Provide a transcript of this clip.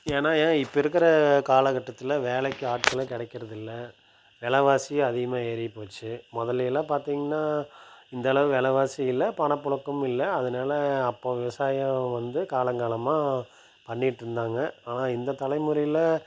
ஏன்னா ஏன் இப்போ இருக்கிற காலகட்டத்தில் வேலைக்கு ஆட்களும் கிடைக்கிறதில்ல விலைவாசி அதிகமாக ஏறிப்போச்சு முதல் எல்லாம் பார்த்திங்கனா இந்தளவு விலைவாசி இல்லை பணப்புழக்கம் இல்லை அதனால அப்போது விவசாயம் வந்து காலங்காலமாக பண்ணிகிட்டு இருந்தாங்க ஆனால் இந்த தலைமுறையில்